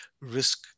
risk